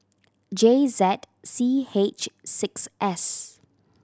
J Z C H six S